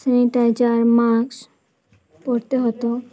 sanitiser mask পরতে হতো